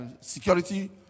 security